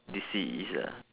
D_C is ah